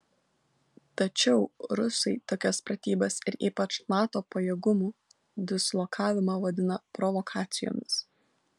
tačiau rusai tokias pratybas ir ypač nato pajėgumų dislokavimą vadina provokacijomis